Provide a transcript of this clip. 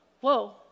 whoa